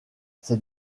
ces